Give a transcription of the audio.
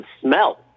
smell